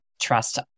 trust